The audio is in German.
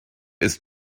ist